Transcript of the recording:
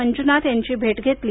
मंजुनाथ यांची भेट घेतली